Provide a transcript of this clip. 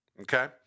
okay